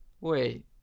Wait